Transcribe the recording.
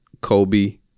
Kobe